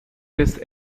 this